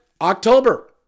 October